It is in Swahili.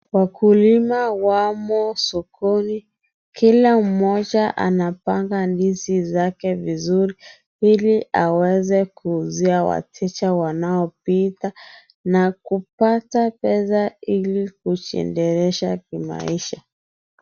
Wakulima wamo sokoni. Kila mmoja anapanga ndizi zake vizuri, ili aweze kuuzia wateja wanaopita, na kupata fedha ili kujiendeleza kimaisha.